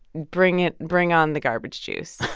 bring it bring on the garbage juice